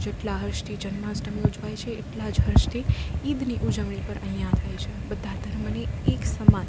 જેટલા હર્ષથી જન્માષ્ટમી ઉજવાય છે એટલા જ હર્ષથી ઈદની ઉજવણી પણ અહીંયા થાય છે બધા ધર્મને એક સમાન